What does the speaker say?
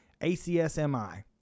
ACSMI